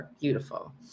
Beautiful